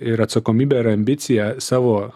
ir atsakomybę ir ambiciją savo